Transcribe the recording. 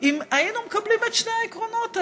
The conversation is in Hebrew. אם היינו מקבלים את שני העקרונות האלה,